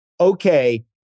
okay